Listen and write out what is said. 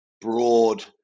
broad